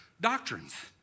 doctrines